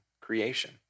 creation